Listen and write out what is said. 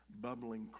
bubbling